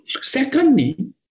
Secondly